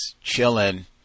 chilling